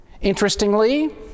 Interestingly